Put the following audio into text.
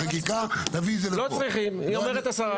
לא צריכים, היא אומרת, השרה.